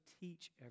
teach